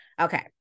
Okay